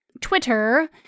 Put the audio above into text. Twitter